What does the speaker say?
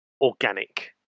organic